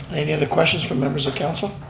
any other questions from members of council?